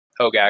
Hogak